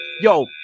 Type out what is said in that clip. Yo